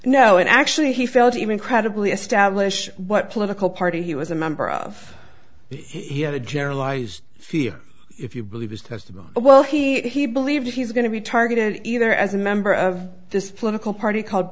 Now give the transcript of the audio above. no actually he felt even credibly establish what political party he was a member of he had a generalized fear if you believe his testimony well he believed he's going to be targeted either as a member of this political party called